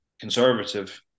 conservative